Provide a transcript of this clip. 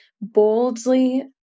boldly